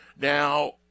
Now